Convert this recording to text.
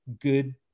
good